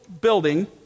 building